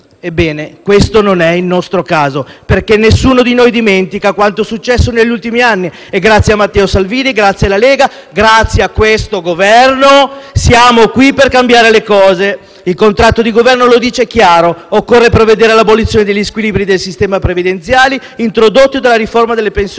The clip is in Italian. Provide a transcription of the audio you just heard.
Ebbene questo non è il nostro caso, perché nessuno di noi dimentica quanto successo negli ultimi anni; grazie a Matteo Salvini, alla Lega e a questo Governo siamo qui per cambiare le cose. Il contratto di Governo lo dice chiaro: occorre prevedere l'abolizione degli squilibri del sistema previdenziale introdotti dalla riforma delle pensioni